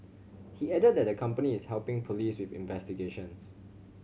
he added that the company is helping police with investigations